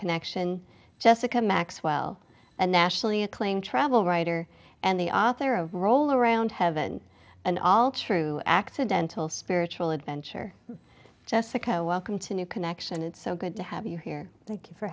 connection jessica maxwell a nationally acclaimed travel writer and the author of roll around heaven and all true accidental spiritual adventure jessica welcome to new connection it's so good to have you here thank you for